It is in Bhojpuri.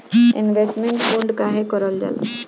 इन्वेस्टमेंट बोंड काहे कारल जाला?